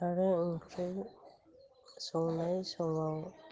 आरो ओंख्रि संनाय समाव